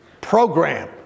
program